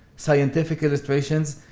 scientific illustrations.